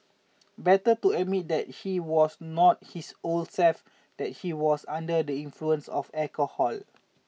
better to admit that he was not his old self that he was under the influence of alcohol